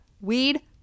Weed